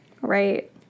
Right